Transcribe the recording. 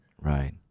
Right